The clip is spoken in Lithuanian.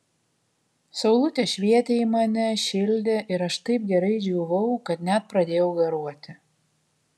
saulutė švietė į mane šildė ir aš taip gerai džiūvau kad net pradėjau garuoti